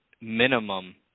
minimum